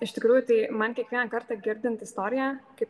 iš tikrųjų tai man kiekvieną kartą girdint istoriją kaip